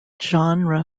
genre